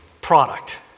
product